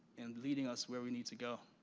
in leading us where we need to go.